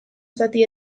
zati